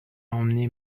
emmené